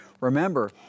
Remember